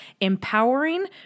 empowering